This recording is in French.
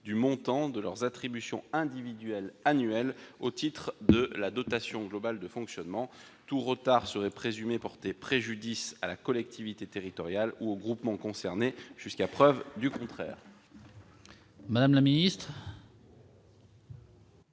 du montant de leur attribution individuelle annuelle au titre de la dotation globale de fonctionnement. Tout retard serait présumé porter préjudice à la collectivité territoriale ou au groupement concerné jusqu'à preuve contraire.